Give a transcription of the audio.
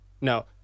No